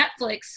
Netflix